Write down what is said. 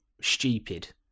stupid